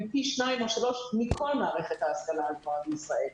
פי שניים או שלושה מכל מערכת ההשכלה הגבוהה בישראל.